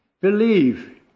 believe